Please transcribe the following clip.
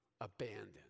abandoned